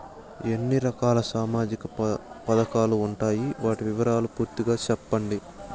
ఎన్ని రకాల సామాజిక పథకాలు ఉండాయి? వాటి వివరాలు పూర్తిగా సెప్పండి?